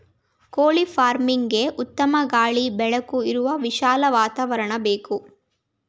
ಕೋಳಿ ಫಾರ್ಮ್ಗೆಗೆ ಉತ್ತಮ ಗಾಳಿ ಬೆಳಕು ಇರುವ ವಿಶಾಲ ವಾತಾವರಣ ಬೇಕು